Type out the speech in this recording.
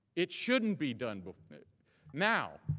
it shouldn't be done but now.